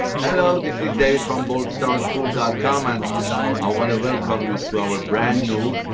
hello, this is david from goldstartool com, and i wanna welcome you to our brand new,